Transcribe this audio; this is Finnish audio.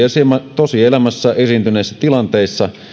tosielämässä esiintyneissä tilanteissa